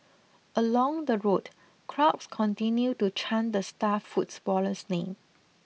along the road crowds continued to chant the star footballer's name